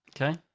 okay